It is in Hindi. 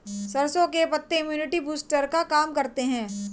सरसों के पत्ते इम्युनिटी बूस्टर का काम करते है